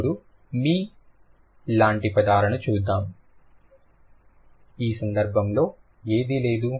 ఇప్పుడు మి లాంటి పదాలను చూద్దాం ఈ సందర్భంలో ఏమి లేదు